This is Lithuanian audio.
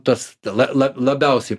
tas la la labiausiai